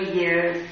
years